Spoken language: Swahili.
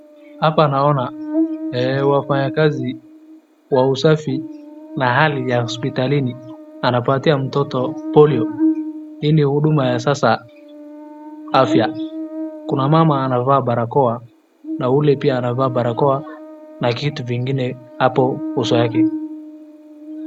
Hapa naona wafanyakazi wa usafi na hali ya hospitalini, anapatia mtoto polio ili huduma ya sasa afya. Kuna mama anavaa barakoa na huyo pia anavaa barakoa na kitu vingine hapo uso yake.